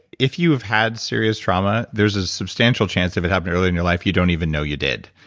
if you have had serious trauma there's a substantial chance if it happened earlier in your life, you don't even know you did,